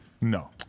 No